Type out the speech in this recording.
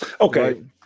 Okay